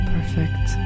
Perfect